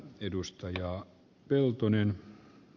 arvoisa puhemies